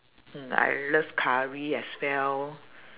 mm I love curry as well